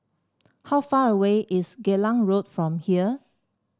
how far away is Geylang Road from here